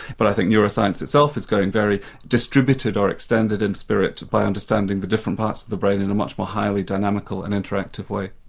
but i think neuroscience itself is got a very distributed or extended in spirit by understanding the different parts of the brain in a much more highly dynamical and interactive way.